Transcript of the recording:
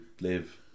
live